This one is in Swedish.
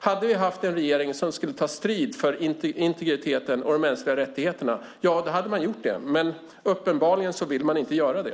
Hade vi haft en regering som tog strid för integriteten och de mänskliga rättigheterna hade den gjort det, men uppenbarligen vill den inte göra det.